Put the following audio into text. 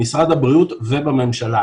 במשרד הבריאות ובממשלה.